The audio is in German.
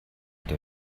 der